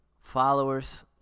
followers